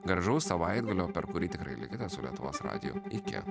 gražaus savaitgalio per kurį tikrai likite su lietuvos radiju iki